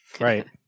right